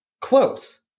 Close